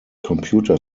computer